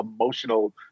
emotional